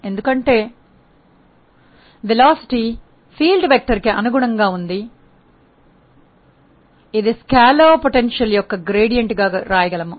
ఎందుకంటే వేగం field vector కి అనుగుణంగా ఉంది ఇది స్కేలార్ సంభావ్యత యొక్క ప్రవణత వలె రాయగలము